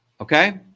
Okay